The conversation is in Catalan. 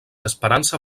esperança